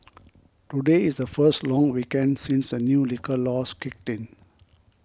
today is the first long weekend since the new liquor laws kicked in